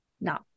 no